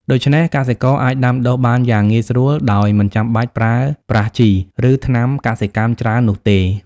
ដូច្នេះកសិករអាចដាំដុះបានយ៉ាងងាយស្រួលដោយមិនចាំបាច់ប្រើប្រាស់ជី ឬថ្នាំកសិកម្មច្រើននោះទេ។